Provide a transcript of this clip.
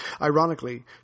Ironically